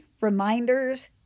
reminders